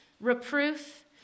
reproof